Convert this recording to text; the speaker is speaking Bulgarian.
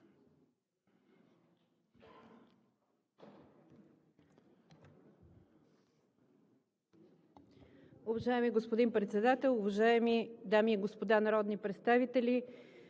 Уважаеми господин Председател, уважаеми дами и господа народни представители!